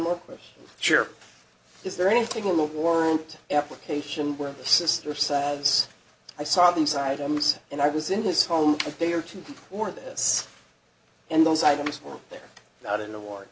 more question sure is there anything in the world application where the sister sides i saw these items and i was in his home day or two or this and those items were there not in the war